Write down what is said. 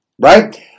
Right